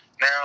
Now